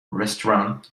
restaurant